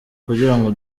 kugirango